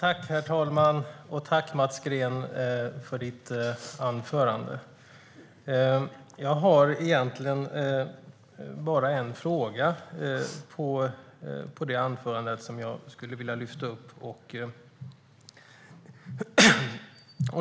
Herr talman! Tack, Mats Green, för ditt anförande! Jag har egentligen bara en fråga på det anförandet som jag skulle vilja lyfta fram.